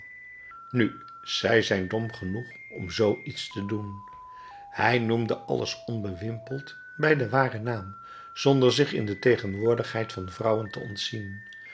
nu zij zijn dom genoeg om zoo iets te doen hij noemde alles onbewimpeld bij den waren naam zonder zich in de tegenwoordigheid van vrouwen te ontzien